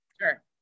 sure